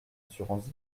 assurance